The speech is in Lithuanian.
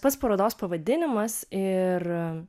pats parodos pavadinimas ir